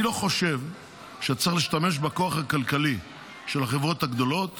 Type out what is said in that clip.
אני לא חושב שצריך להשתמש בכוח הכלכלי של החברות הגדולות